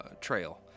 trail